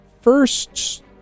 first